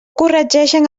corregeixen